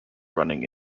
running